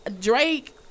Drake